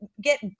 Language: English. get